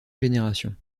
générations